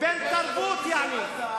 בן-תרבות, יעני.